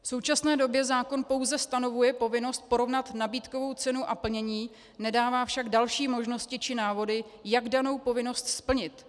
V současné době zákon pouze stanovuje povinnost porovnat nabídkovou cenu a plnění, nedává však další možnosti či návody, jak danou povinnost splnit.